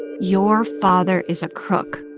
your father is a crook